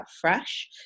fresh